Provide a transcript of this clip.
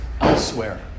elsewhere